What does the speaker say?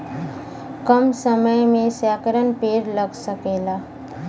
कम समय मे सैकड़न पेड़ लग सकेला